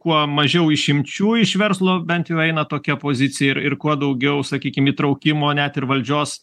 kuo mažiau išimčių iš verslo bent jau eina tokia pozicija ir ir kuo daugiau sakykim įtraukimo net ir valdžios